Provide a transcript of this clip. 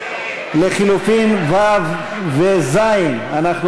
לחלופין ו' וז' להסתייגות 32,